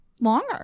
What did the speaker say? longer